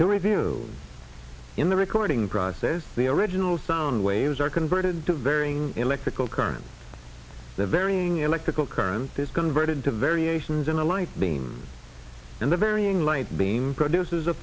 to review in the recording process the original sound waves are converted to varying electrical current the varying electrical current this converted to variations in the light beam and the varying light beam produces a